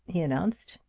he announced,